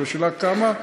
השאלה כמה,